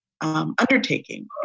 undertaking